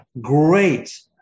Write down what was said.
great